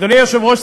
אדוני היושב-ראש,